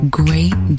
great